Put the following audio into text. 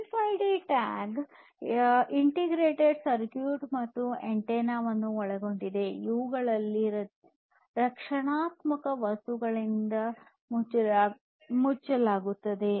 RFID tag integrated circuit ಮತ್ತು ಆಂಟೆನಾವನ್ನು ಒಳಗೊಂಡಿದೆ ಇವುಗಳನ್ನು ರಕ್ಷಣಾತ್ಮಕ ವಸ್ತುಗಳಿಂದ ಮುಚ್ಚಲಾಗುತ್ತದೆ